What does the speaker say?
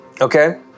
Okay